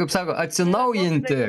kaip sako atsinaujinti